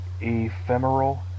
Ephemeral